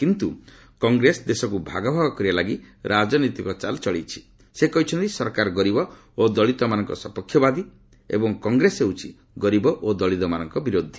କିନ୍ତୁ କଂଗ୍ରେସ ଦେଶକୁ ଭାଗଭାଗ କରିବା ଲାଗି ରାଜନୈତିକ ଚାଲ୍ ଚଳାଇଛି ସେ କହିଛନ୍ତି ସରକାର ଗରିବ ଓ ଦଳିତମାନଙ୍କ ସପକ୍ଷବାଦୀ ଏବଂ କଂଗ୍ରେସ ହେଉଛି ଗରିବ ଓ ଦଳିତମାନଙ୍କ ବିରୋଧୀ